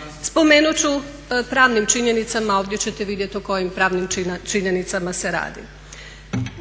razumije./ … Pravnim činjenicama, ovdje ćete vidjet o kojim pravnim činjenicama se radi.